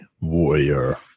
warrior